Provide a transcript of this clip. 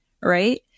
right